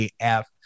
AF